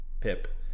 Pip